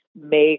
make